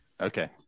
Okay